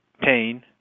pain